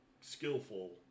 skillful